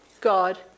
God